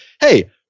hey